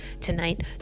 tonight